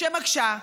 שמקשה,